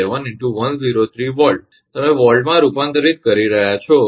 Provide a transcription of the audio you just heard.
11 × 103 𝑉 તમે વોલ્ટમાં રૂપાંતરિત કરી રહ્યાં છો